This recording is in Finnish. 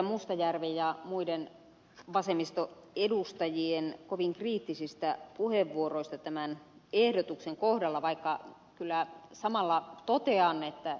mustajärven ja muiden vasemmistoedustajien kovin kriittisistä puheenvuoroista tämän ehdotuksen kohdalla vaikka kyllä samalla totean että ed